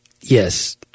Yes